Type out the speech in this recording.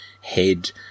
head